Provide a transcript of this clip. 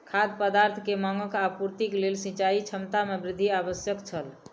खाद्य पदार्थ के मांगक आपूर्तिक लेल सिचाई क्षमता में वृद्धि आवश्यक छल